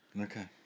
Okay